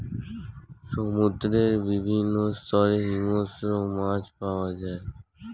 সমুদ্রের বিভিন্ন স্তরে হিংস্র মাছ পাওয়া যায়